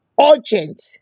urgent